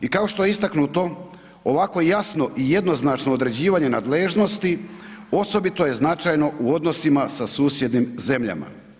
I kao što je istaknuto ovakvo jasno i jednoznačno određivanje nadležnosti osobito je značajno u odnosnima sa susjednim zemljama.